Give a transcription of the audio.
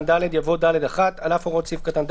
(ד) יבוא: "(ד1) על אף האמור בסעיף קטן (ד),